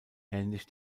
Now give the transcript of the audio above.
ähnlich